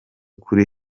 kuri